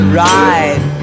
ride